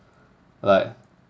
like